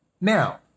Now